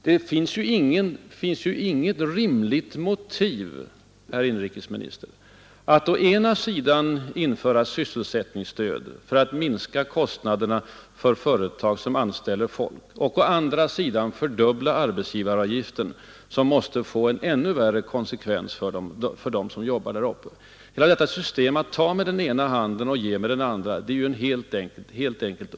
Det finns ju inget rimligt motiv, herr inrikesminister, att å ena sidan införa sysselsättningsstöd för att minska kostnaderna för företag som anställer folk och å andra sidan fördubbla arbetsgivaravgiften. Detta system att ge med den ena handen och ta med den andra är helt enkelt orimligt.